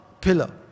pillar